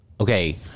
okay